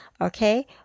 Okay